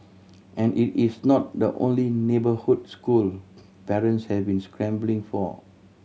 and it is not the only neighbourhood school parents have been scrambling for